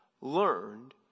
learned